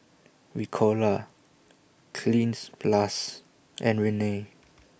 Ricola Cleanz Plus and Rene